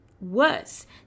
worse